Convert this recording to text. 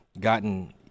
gotten